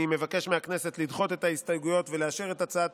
אני מבקש מהכנסת לדחות את ההסתייגויות ולאשר את הצעת